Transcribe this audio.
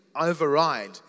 override